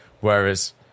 whereas